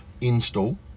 install